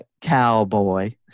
Cowboy